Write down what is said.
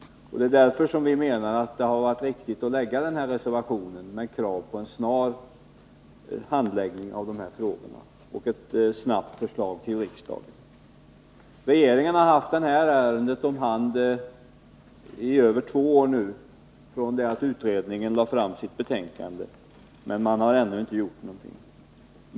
Det är därför som vi menar att det var riktigt att avge en reservation med krav på en skyndsam handläggning av frågorna och ett snabbt förslag från riksdagen. Regeringen har haft det här ärendet om hand från det att utredningen lade fram sitt betänkande, alltså i över två år nu, men man har ännu inte gjort någonting.